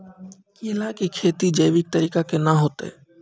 केला की खेती जैविक तरीका के ना होते?